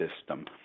system